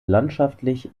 landschaftlich